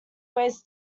ways